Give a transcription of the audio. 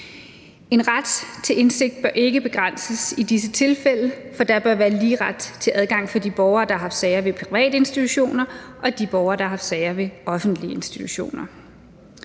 En ret til indsigt bør ikke begrænses i disse tilfælde, for der bør være lige ret til adgang for de borgere, der har haft sager ved private institutioner, og de borgere, der har haft sager ved offentlige institutioner.